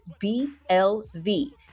BLV